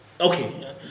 Okay